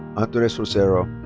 andres rosero.